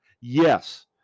Yes